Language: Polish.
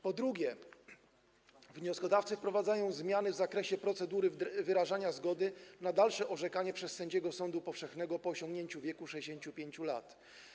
Po drugie, wnioskodawcy wprowadzają zmiany w zakresie procedury wyrażania zgody na dalsze orzekanie przez sędziego sądu powszechnego po osiągnięciu przez niego wieku 65 lat.